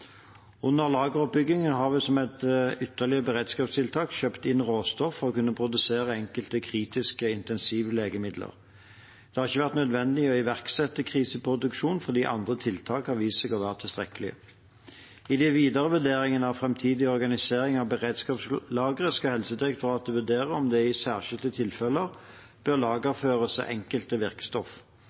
Under lageroppbyggingen har vi som et ytterligere beredskapstiltak kjøpt inn råstoff for å kunne produsere enkelte kritiske intensivlegemidler. Det har ikke vært nødvendig å iverksette kriseproduksjon fordi andre tiltak har vist seg å være tilstrekkelige. I den videre vurderingen av framtidig organisering av beredskapslagre skal Helsedirektoratet vurdere om det i særskilte tilfeller bør lagerføres enkelte